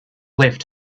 left